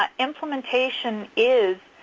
um implementation is,